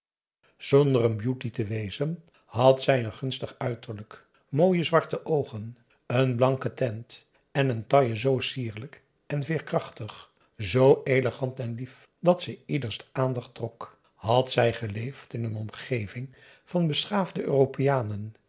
zonder een beauté te wezen had zij een gunstig uiterlijk mooie zwarte oogen een blanke teint en een taille zoo sierlijk en veerkrachtig zoo elegant en lief dat ze ieders aandacht trok had zij geleefd in een omgeving van beschaafde europeanen